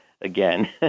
again